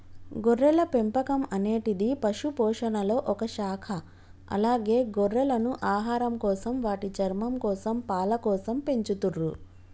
గొర్రెల పెంపకం అనేటిది పశుపోషణలొ ఒక శాఖ అలాగే గొర్రెలను ఆహారంకోసం, వాటి చర్మంకోసం, పాలకోసం పెంచతుర్రు